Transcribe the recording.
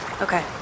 Okay